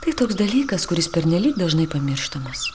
tai toks dalykas kuris pernelyg dažnai pamirštamas